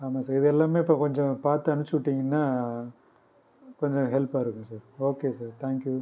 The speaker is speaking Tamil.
ஆமாம் சார் இது எல்லாமே இப்போ கொஞ்சம் பார்த்து அனுப்புச்சுவுட்டிங்கன்னா கொஞ்சம் ஹெல்ப்பாக இருக்கும் sir okay sir thank you